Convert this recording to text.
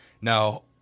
Now